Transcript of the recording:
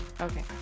Okay